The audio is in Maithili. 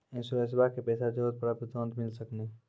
इंश्योरेंसबा के पैसा जरूरत पड़े पे तुरंत मिल सकनी?